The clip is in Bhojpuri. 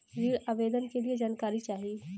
ऋण आवेदन के लिए जानकारी चाही?